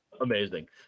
amazing